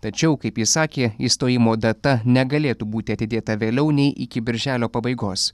tačiau kaip ji sakė išstojimo data negalėtų būti atidėta vėliau nei iki birželio pabaigos